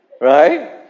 Right